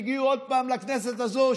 והם הגיעו עוד פעם לכנסת הזו,